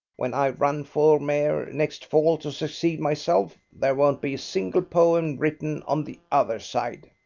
when i run for mayor next fall to succeed myself there won't be a single poem written on the other side.